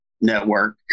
network